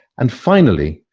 and finally,